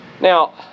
Now